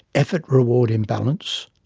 effort reward imbalance,